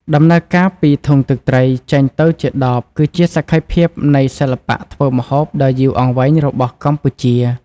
ដំណើរការពី ធុងទឹកត្រី ចេញទៅជា ដប គឺជាសក្ខីភាពនៃសិល្បៈធ្វើម្ហូបដ៏យូរអង្វែងរបស់កម្ពុជា។